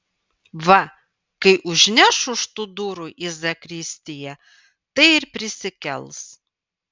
va kai užneš už tų durų į zakristiją tai ir prisikels